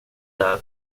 där